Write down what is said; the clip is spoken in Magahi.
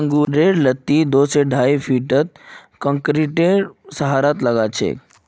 अंगूरेर लत्ती दो स ढाई फीटत कंक्रीटेर सहारात लगाछेक